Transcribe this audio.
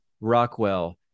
Rockwell